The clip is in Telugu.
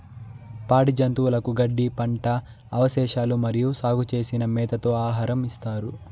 పాడి జంతువులకు గడ్డి, పంట అవశేషాలు మరియు సాగు చేసిన మేతతో ఆహారం ఇస్తారు